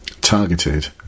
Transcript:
targeted